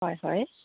হয় হয়